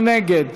מי נגד?